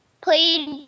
played